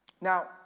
Now